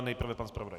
Nejprve pan zpravodaj.